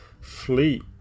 fleet